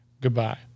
Goodbye